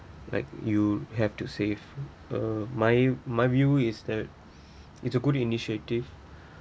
like you have to save uh my my view is that it's a good initiative